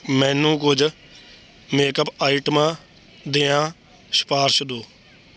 ਮੈਨੂੰ ਕੁਝ ਮੇਕਅਪ ਆਈਟਮਾਂ ਦੀਆਂ ਸਿਫਾਰਸ਼ ਦਿਉ